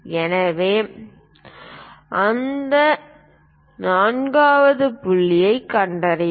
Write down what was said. எனவே அந்த நான்காவது புள்ளியைக் கண்டறியவும்